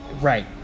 Right